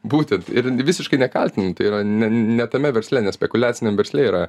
būtent ir visiškai nekaltinu tai yra ne ne tame versle ne spekuliaciniam versle yra